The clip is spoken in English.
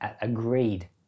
agreed